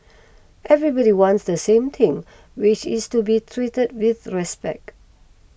everybody wants the same thing which is to be treated with respect